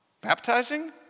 Baptizing